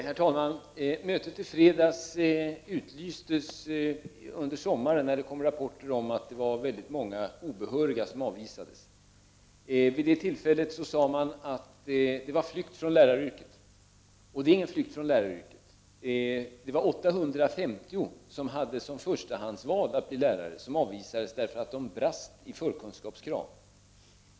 Herr talman! Mötet i fredags utlystes under sommaren, när det kom rapporter om att det var väldigt många obehöriga sökande som måste avvisas. Vid det tillfället sades det att det var en flykt från läraryrket. Så är inte fallet. Det var 850 sökande som hade lärarutbildning som förstahandsval men som avvisades därför att de inte uppfyllde förkunskapskraven.